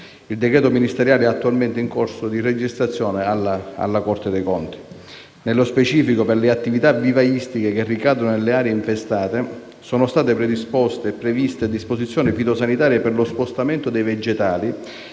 Il decreto ministeriale è attualmente in corso di registrazione presso la Corte dei conti. Nello specifico, per le attività vivaistiche che ricadono nelle aree infestate, sono state previste disposizioni fitosanitarie per lo spostamento dei vegetali